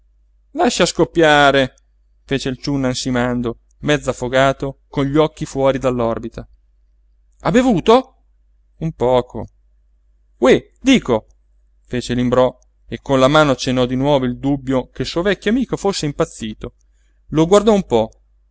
lascia scoppiare fece il ciunna ansimando mezz'affogato con gli occhi fuori dell'orbita ha bevuto un poco ohé dico fece l'imbrò e con la mano accennò di nuovo il dubbio che il suo vecchio amico fosse impazzito lo guardò un po